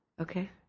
Okay